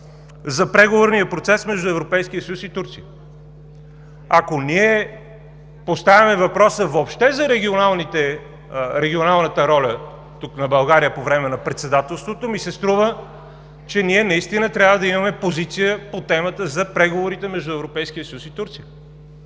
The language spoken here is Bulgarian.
за преговорния процес между Европейския съюз и Турция. Ако ние поставяме въпроса въобще за регионалната роля на България по време на председателство, струва ми се, че трябва да имаме позиция за преговорите между Европейския съюз и Турция.